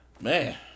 man